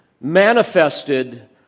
manifested